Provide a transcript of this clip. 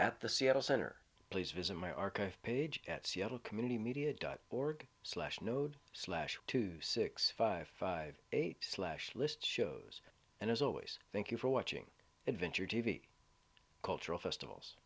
at the seattle center please visit my archive page at seattle community media dot org slash node slash two six five five eight slash list shows and as always thank you for watching adventure t v cultural festivals